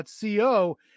Co